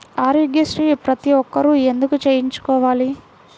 ఆరోగ్యశ్రీ ప్రతి ఒక్కరూ ఎందుకు చేయించుకోవాలి?